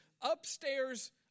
upstairs